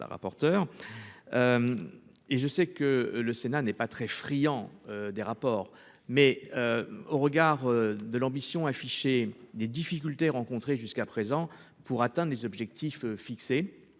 je sais que le Sénat n'est pas très friand des rapports mais. Au regard de l'ambition affichée des difficultés rencontrées. Jusqu'à présent pour atteindre les objectifs fixés,